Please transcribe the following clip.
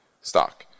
stock